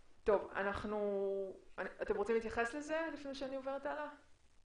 אתם רוצים להתייחס לזה לפני שאני עוברת הלאה?